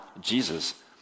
Jesus